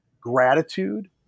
gratitude